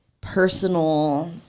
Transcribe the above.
personal